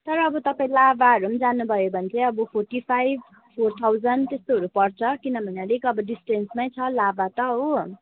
तर अब तपाईँ लाभाहरू पनि जानु भयो भने चाहिँ फोर्ट्टी फाइभहरू फोर थाउजन्ड त्यस्तोहरू पर्छ किनभने अलिक अब डिसटेन्समै छ लाभा त हो